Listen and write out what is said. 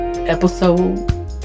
Episode